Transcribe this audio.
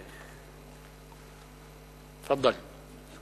תפאדל.